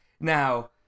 Now